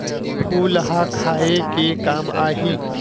फूल ह खाये के काम आही?